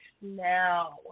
now